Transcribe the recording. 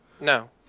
No